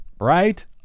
Right